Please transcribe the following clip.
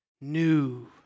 new